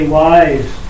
wise